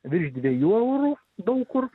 virš dviejų eurų daug kur